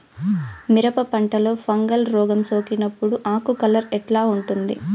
మిరప పంటలో ఫంగల్ రోగం సోకినప్పుడు ఆకు కలర్ ఎట్లా ఉంటుంది?